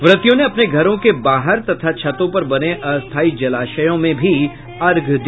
व्रतियों ने अपने घरों के बाहर तथा छतों पर बने अस्थायी जलाशयों में भी अर्घ्य दिया